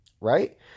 Right